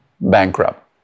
bankrupt